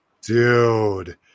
Dude